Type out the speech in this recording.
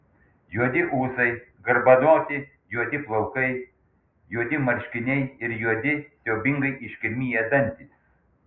juodi ūsai garbanoti juodi plaukai juodi marškiniai ir juodi siaubingai iškirmiję dantys